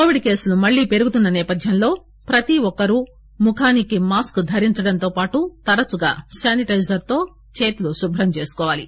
Covid కేసులు మళ్టీ పెరుగుతున్న నేపథ్యంలో ప్రతి ఒక్కరూ ముఖానికి మాస్క్ ధరించడంతో పాటు తరచుగా శానిటైజర్ తో చేతులు శుభ్రం చేసుకోవాలి